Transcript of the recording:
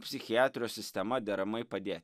psichiatrijos sistema deramai padėt